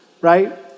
right